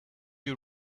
you